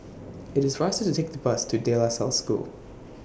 IT IS faster to Take The Bus to De La Salle School